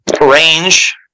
range